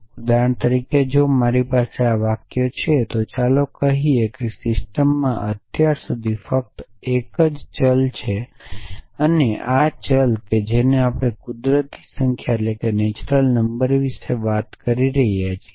ઉદાહરણ તરીકે જો મારી પાસે વાક્યો છે તો ચાલો કહીએ કે સિસ્ટમમાં અત્યાર સુધી ફક્ત એક જ ચલ છે અને ચાલો જોઈએ કે આપણે કુદરતી સંખ્યા વિશે વાત કરી રહ્યા છીએ